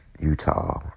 Utah